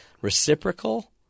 reciprocal